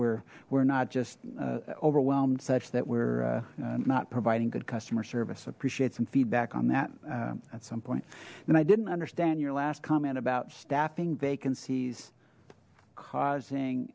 we're we're not just overwhelmed such that we're not providing good customer service appreciate some feedback on that at some point and i didn't understand your last comment about staffing vacancies causing